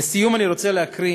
לסיום, אני רוצה להקריא